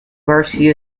garcia